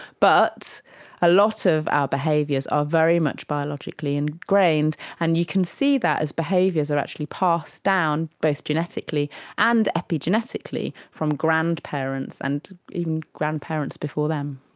but a lot of our behaviours are very much biologically ingrained and you can see that as behaviours are actually passed down both genetically and epigenetically from grandparents and even grandparents before them.